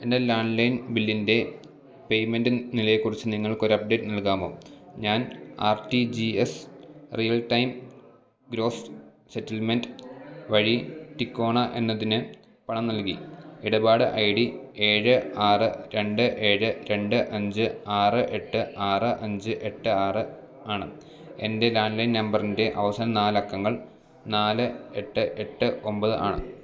എൻ്റെ ലാൻഡ്ലൈൻ ബില്ലിൻ്റെ പേയ്മെൻ്റ് നിലയെക്കുറിച്ച് നിങ്ങൾക്കൊരു അപ്ഡേറ്റ് നൽകാമോ ഞാൻ R T G S real time gross settlement വഴി ടികോണ എന്നതിന് പണം നൽകി ഇടപാട് ഐ ഡി ഏഴ് ആറ് രണ്ട് ഏഴ് രണ്ട് അഞ്ച് ആറ് എട്ട് ആറ് അഞ്ച് എട്ട് ആറ് ആണ് എൻ്റെ ലാൻഡ്ലൈൻ നമ്പറിൻ്റെ അവസാന നാലക്കങ്ങൾ നാല് എട്ട് എട്ട് ഒമ്പത് ആണ്